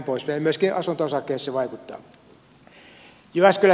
myöskin asunto osakkeessa se vaikuttaa